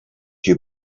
you